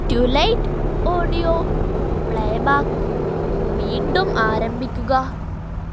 twilight audio playback വീണ്ടും ആരംഭിക്കുക